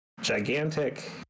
Gigantic